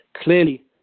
clearly